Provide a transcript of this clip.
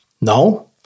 no